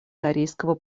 корейского